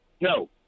No